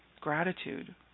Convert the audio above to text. gratitude